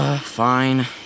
fine